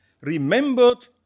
remembered